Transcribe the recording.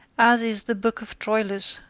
as is the book of troilus,